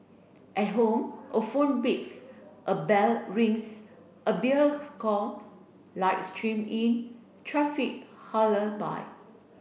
at home a phone beeps a bell rings a beers call light stream in traffic by